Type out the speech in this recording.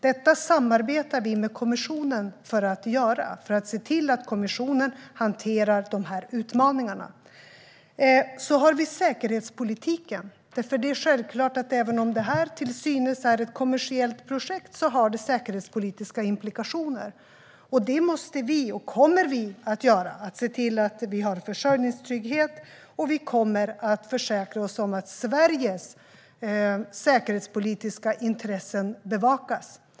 Vi samarbetar med kommissionen för att se till att den hanterar dessa utmaningar. Sedan har vi säkerhetspolitiken. Det är självklart att även om det här är ett till synes kommersiellt projekt har det säkerhetspolitiska implikationer. Vi kommer att se till att vi har försörjningstrygghet. Vi måste också försäkra oss om att Sveriges säkerhetspolitiska intressen bevakas.